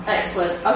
Excellent